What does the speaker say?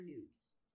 nudes